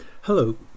Hello